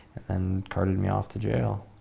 and carted me off to jail.